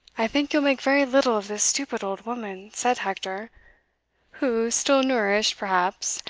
i think you'll make very little of this stupid old woman, said hector who still nourished, perhaps,